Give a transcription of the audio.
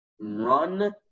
run